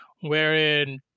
wherein